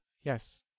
Yes